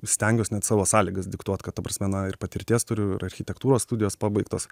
stengiuos net savo sąlygas diktuot kad ta prasme na ir patirties turiu ir architektūros studijos pabaigtos